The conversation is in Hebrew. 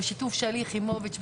בשיתוף שלי יחימוביץ',